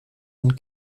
und